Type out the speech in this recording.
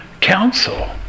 Council